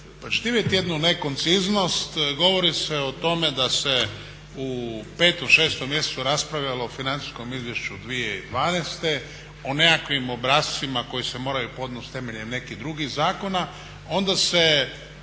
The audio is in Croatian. vidjeti jednu nekonciznost. Govori se o tome da se u 5., 6. mjesecu raspravljalo o financijskom izvješću 2012., o nekakvim obrascima koji se moraju podnesti temeljem nekih drugih zakona onda se